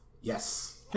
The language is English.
Yes